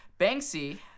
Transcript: Banksy